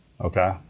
Okay